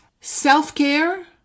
self-care